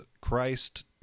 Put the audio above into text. Christ